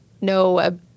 no